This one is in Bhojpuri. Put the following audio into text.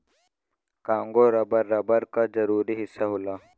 कांगो रबर, रबर क जरूरी हिस्सा होला